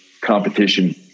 competition